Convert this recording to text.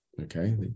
Okay